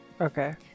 Okay